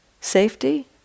safety